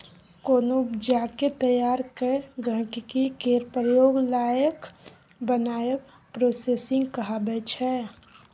कोनो उपजा केँ तैयार कए गहिंकी केर प्रयोग लाएक बनाएब प्रोसेसिंग कहाबै छै